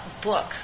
book